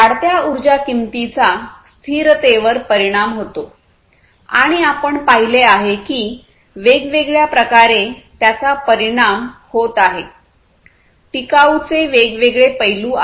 वाढत्या उर्जा किंमतीचा स्थिरतेवर परिणाम होतो आणि आपण पाहिले आहे की वेगवेगळ्या प्रकारे त्याचा परिणाम होत आहे टिकाऊ चे वेगवेगळे पैलू आहेत